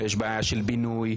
ויש בעיה של בינוי,